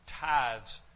tithes